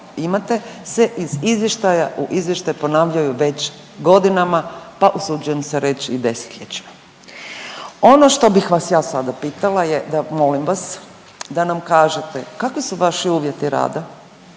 imate se iz izvještaja u izvještaj ponavljaju već godinama, pa usuđujem se reć i 10-ljećima. Ono što bih vas ja sada pitala je da molim vas da nam kažete kakvi su vaši uvjeti rada,